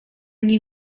nie